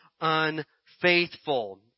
unfaithful